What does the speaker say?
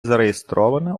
зареєстрована